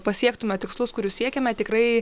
pasiektume tikslus kurių siekiame tikrai